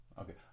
Okay